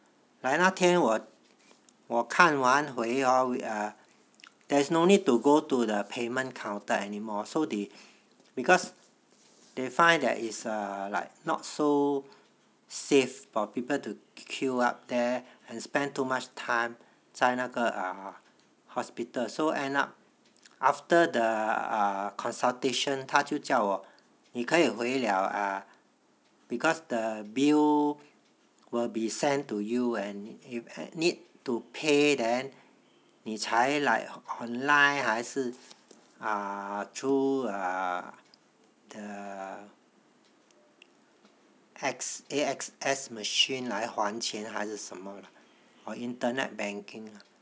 like 那天我我看完回 kan wan hui hor err there's no need to go to the payment counter anymore because they find that it's like not so safe for people to queue up there and spend too much time 在那个 ah hospital so end up after the consultation 他就叫我你可以回了 ah because the bill will be sent to you and you need to pay then 你才 like online 还是 ah through the A_X_S machine 来还钱还是什么 lah or internet banking lah